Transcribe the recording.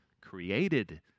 created